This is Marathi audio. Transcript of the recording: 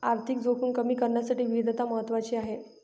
आर्थिक जोखीम कमी करण्यासाठी विविधता महत्वाची आहे